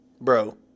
Bro